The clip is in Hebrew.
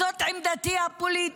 זאת עמדתי הפוליטית.